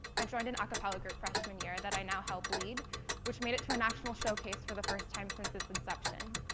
i joined an acapella group freshman year that i now help lead which made it to a national showcase for the first time since its inception.